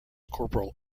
corporal